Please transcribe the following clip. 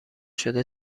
شده